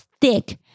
thick